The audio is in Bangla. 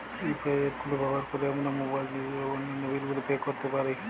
ইউ.পি.আই অ্যাপ গুলো ব্যবহার করে আমরা মোবাইল নিল এবং অন্যান্য বিল গুলি পে করতে পারি